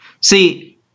See